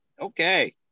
Okay